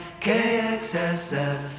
KXSF